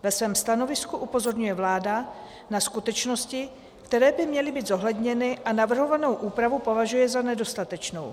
Ve svém stanovisku upozorňuje vláda na skutečnosti, které by měly být zohledněny, a navrhovanou úpravu považuje za nedostatečnou.